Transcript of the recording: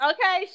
Okay